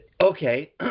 okay